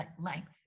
length